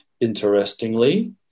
Interestingly